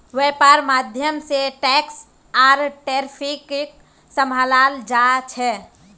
वैपार्र माध्यम से टैक्स आर ट्रैफिकक सम्भलाल जा छे